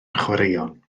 chwaraeon